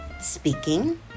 speaking